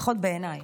לפחות בעיניי,